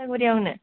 तितागुरियावनो